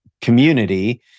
community